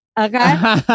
Okay